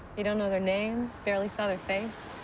you don't know their name, barely saw their face.